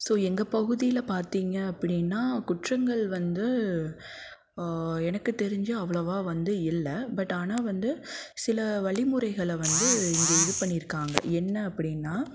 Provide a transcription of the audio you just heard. so எங்கள் பகுதியில பார்த்தீங்க அப்படின்னா குற்றங்கள் வந்து எனக்கு தெரிஞ்சு அவ்வளவாக வந்து இல்லை பட் ஆனால் வந்து சில வலிமுறைகளை வந்து இங்கே இது பண்ணியிருக்காங்க என்ன அப்படின்னா